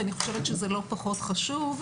ואני חושבת שזה לא פחות חשוב,